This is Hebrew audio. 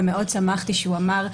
ומאוד שמחתי שהוא אמר,